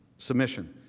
submission.